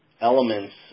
elements